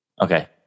Okay